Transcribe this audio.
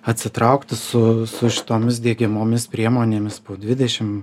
atsitraukti su su šitomis diegiamomis priemonėmis po dvidešim